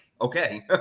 Okay